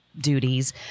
duties